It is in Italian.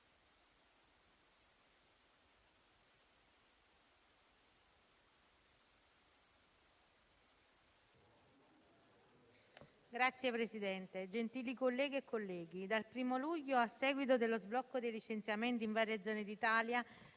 Signor Presidente, gentili colleghe e colleghi, dal primo luglio, a seguito dello sblocco dei licenziamenti, in varie zone d'Italia